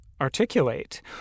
articulate